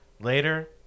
later